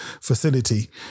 facility